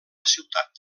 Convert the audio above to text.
ciutat